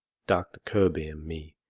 doctor kirby and me,